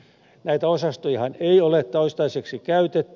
näitä osastojahan ei ole toistaiseksi käytetty